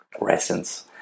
resins